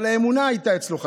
אבל האמונה הייתה אצלו חזקה.